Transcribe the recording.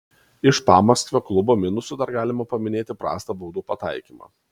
iš pamaskvio klubo minusų dar galima paminėti prastą baudų pataikymą